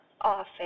office